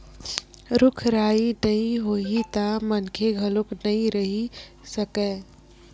रूख राई नइ होही त मनखे घलोक नइ रहि सकय